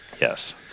Yes